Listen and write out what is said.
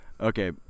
Okay